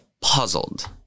puzzled